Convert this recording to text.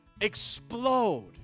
explode